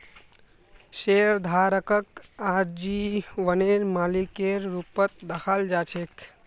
शेयरधारकक आजीवनेर मालिकेर रूपत दखाल जा छेक